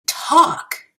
talk